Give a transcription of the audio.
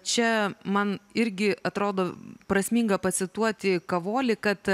čia man irgi atrodo prasminga pacituoti kavolį kad